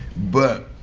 but